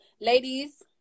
Ladies